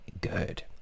good